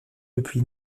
depuis